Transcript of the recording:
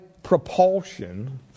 propulsion